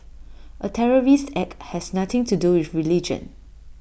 A terrorist act has nothing to do with religion